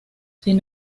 sin